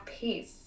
peace